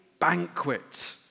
banquet